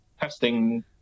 testing